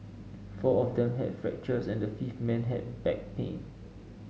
four of them had fractures and the fifth man had back pain